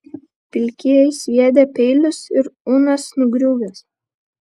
pilkieji sviedę peilius ir unas nugriuvęs